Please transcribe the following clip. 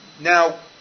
Now